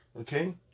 Okay